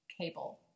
cable